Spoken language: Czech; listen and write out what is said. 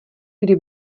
kdy